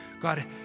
God